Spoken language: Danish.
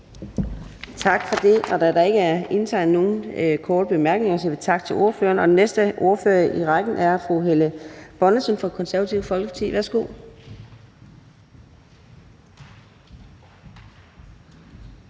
Tak for det. Da der ikke er indtegnet nogen korte bemærkninger, siger vi tak til ordføreren. Den næste ordfører i rækken er fru Helle Bonnesen fra Det Konservative Folkeparti. Værsgo.